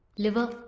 liver,